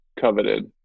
coveted